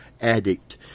addict